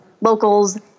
locals